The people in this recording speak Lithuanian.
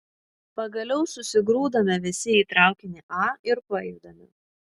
pagaliau susigrūdame visi į traukinį a ir pajudame